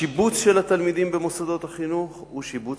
השיבוץ של התלמידים במוסדות החינוך הוא שיבוץ